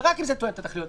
ורק אם זה תואם את התכליות.